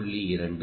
2 0